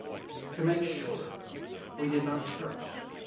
to make sure we did not perish.